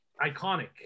iconic